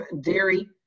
dairy